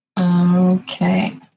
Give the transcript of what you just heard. Okay